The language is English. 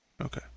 Okay